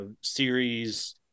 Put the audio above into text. series